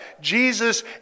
Jesus